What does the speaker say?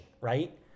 right